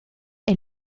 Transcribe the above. est